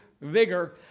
vigor